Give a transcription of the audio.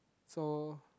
so